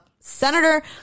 Senator